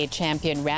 champion